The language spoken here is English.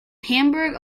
hamburg